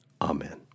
Amen